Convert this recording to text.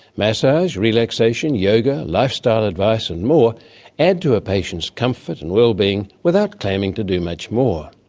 massage, relaxation, yoga, lifestyle advice and more add to a patient's comfort and wellbeing without claiming to do much more.